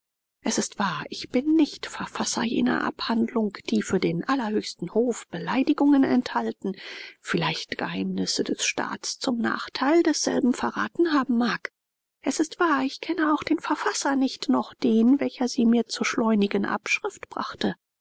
es ist wahr ich bin nicht verfasser jener abhandlung die für den allerhöchsten hof beleidigungen enthalten vielleicht geheimnisse des staats zum nachteil desselben verraten haben mag es ist wahr ich kenne auch den verfasser nicht noch den welcher sie mir zur schleunigen abschrift brachte